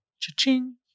Cha-ching